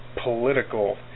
political